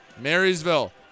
Marysville